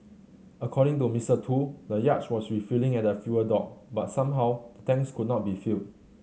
according to Mister Tu the yacht was refuelling at the fuel dock but somehow the tanks could not be filled